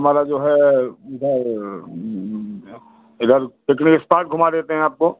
हमारा जो है इधर इधर पिकनिक इस्पाट घुमा देते हैं आपको